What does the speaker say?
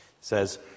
says